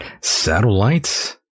satellites